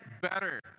better